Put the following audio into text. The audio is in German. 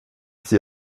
sie